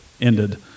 ended